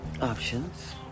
options